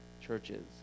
churches